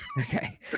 Okay